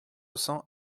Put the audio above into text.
cents